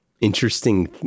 interesting